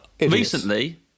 recently